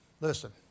listen